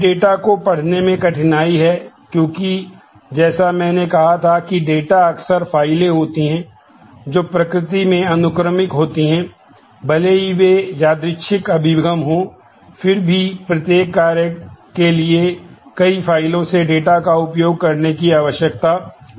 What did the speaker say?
फिर डेटा का उपयोग करने की आवश्यकता हो सकती है